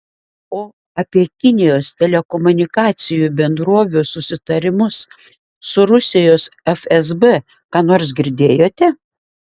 o apie kinijos telekomunikacijų bendrovių susitarimus su rusijos fsb ką nors girdėjote